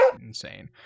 insane